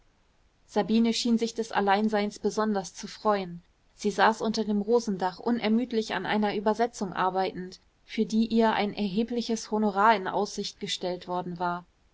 sabine schien sich des alleinseins besonders zu freuen sie saß unter dem rosendach unermüdlich an einer übersetzung arbeitend für die ihr ein erhebliches honorar in aussicht gestellt worden war